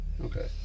Okay